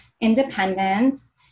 independence